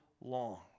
long